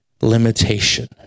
limitation